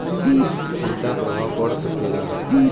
उल्टा प्रभाव पड़ सकेला